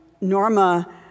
Norma